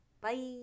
Bye